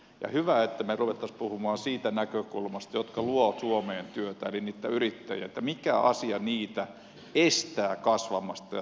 olisi hyvä että me rupeaisimme puhumaan siitä näkökulmasta koskien niitä jotka luovat suomeen työtä eli yrittäjiä että mikä asia estää niitä kasvamasta ja työllistämästä